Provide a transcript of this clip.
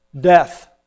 death